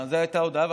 זו הייתה ההודעה.